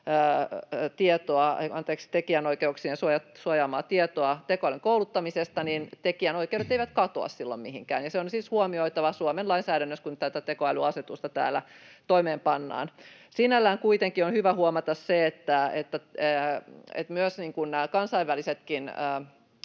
tekijänoikeuksien suojaamaa tietoa tekoälyn kouluttamisessa, niin tekijänoikeudet eivät katoa silloin mihinkään. Ja se on siis huomioitava Suomen lainsäädännössä, kun tätä tekoälyasetusta täällä toimeenpannaan. Sinällään on kuitenkin hyvä huomata se, että kun nämä kansainvälisetkin